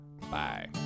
Bye